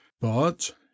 But